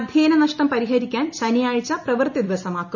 അധ്യയന നഷ്ടം പരിഹരിക്കാൻ ശനിയാഴ്ച പ്രവൃത്തി ദിവസമാക്കും